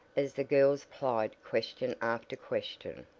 as the girls plied question after question.